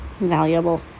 valuable